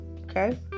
Okay